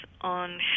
on